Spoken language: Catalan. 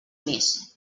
més